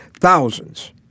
thousands